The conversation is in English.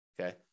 okay